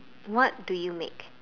what do you make